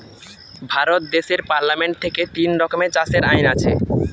ভারত দেশের পার্লামেন্ট থেকে তিন রকমের চাষের আইন আছে